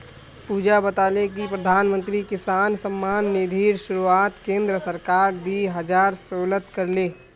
पुजा बताले कि प्रधानमंत्री किसान सम्मान निधिर शुरुआत केंद्र सरकार दी हजार सोलत कर ले